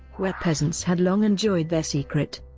where peasants had long enjoyed their secret.